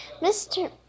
Mr